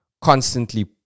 constantly